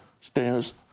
stairs